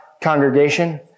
congregation